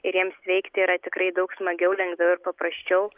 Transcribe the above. ir jiems sveikti yra tikrai daug smagiau lengviau ir paprasčiau